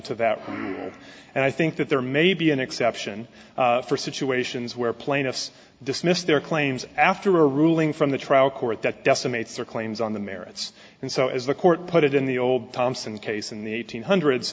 to that and i think that there may be an exception for situations where plaintiffs dismissed their claims after a ruling from the trial court that decimates their claims on the merits and so as the court put it in the old thomson case in the eighteen hundreds